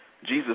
Jesus